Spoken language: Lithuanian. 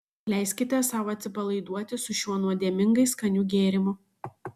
leiskite sau atsipalaiduoti su šiuo nuodėmingai skaniu gėrimu